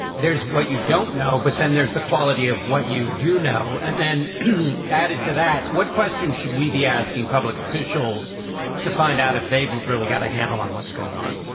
and there's what you don't know? but then there's the quality of what you do know and then added to that. what questions should we be asking public officials to find out if they've really got a handle on what's going on?